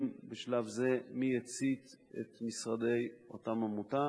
בשלב זה מי הצית את משרדי אותה עמותה.